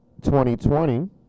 2020